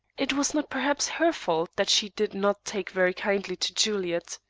it was not, perhaps, her fault that she did not take very kindly to juliet.